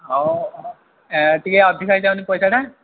ହଉ ହଉ ଏ ଟିକିଏ ଅଧିକା ହୋଇଯାଉନି ପଇସାଟା